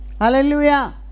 Hallelujah